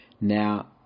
Now